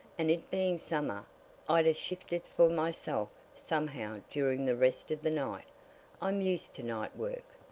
and it being summer i'd ha' shifted for myself somehow during the rest of the night i'm used to night work.